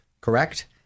correct